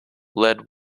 led